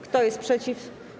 Kto jest przeciw?